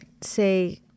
say